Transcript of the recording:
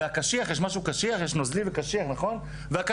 והקשיח לא ייכנס.